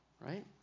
right